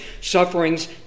sufferings